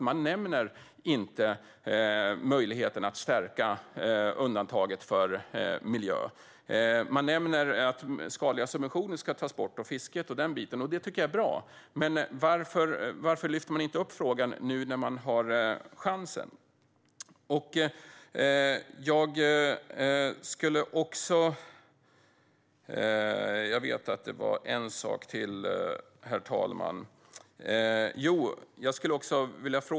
Man nämner ju inte möjligheten att stärka undantaget för miljö. Man nämner att skadliga subventioner ska tas bort och fisket och den biten, och det tycker jag är bra, men varför lyfter man inte upp frågan nu när man har chansen?